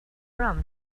from